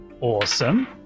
Awesome